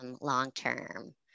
long-term